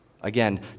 Again